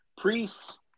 priests